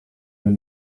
nous